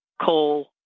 coal